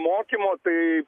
mokymo tai